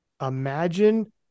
imagine